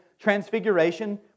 Transfiguration